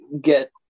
get